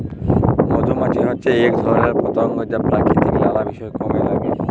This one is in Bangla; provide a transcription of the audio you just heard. মধুমাছি হচ্যে এক ধরণের পতঙ্গ যা প্রকৃতির লালা বিষয় কামে লাগে